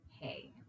Hey